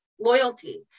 loyalty